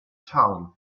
town